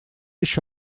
еще